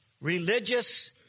religious